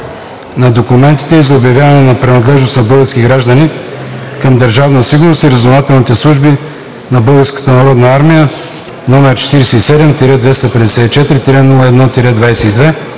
на документите и за обявяване на принадлежност на български граждани към Държавна сигурност и разузнавателните служби на Българската